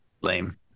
Lame